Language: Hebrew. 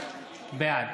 בעד